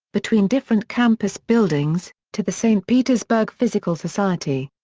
between different campus buildings, to the saint petersburg physical society.